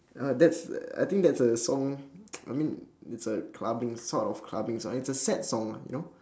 uh that's I think that's a song I mean it's a clubbing sort of clubbing song it's a sad song lah you know